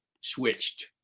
switched